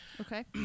Okay